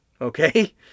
okay